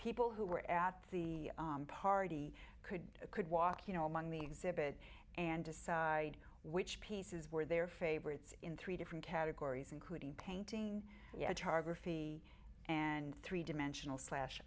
people who were at the party could could walk you know among the exhibit and decide which pieces were their favorites in three different categories including painting yet harbor fee and three dimensional slash